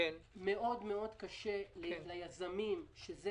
מאוד מאוד קשה ליזמים, שזה